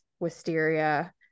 Wisteria